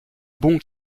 bon